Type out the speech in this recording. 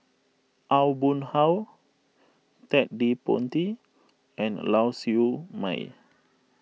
Aw Boon Haw Ted De Ponti and Lau Siew Mei